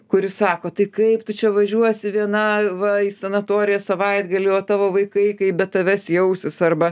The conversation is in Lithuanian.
kuris sako tai kaip tu čia važiuosi viena va į sanatoriją savaitgaliui o tavo vaikai kaip be tavęs jausis arba